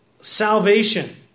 salvation